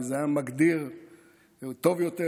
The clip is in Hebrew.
כי זה היה מגדיר טוב יותר,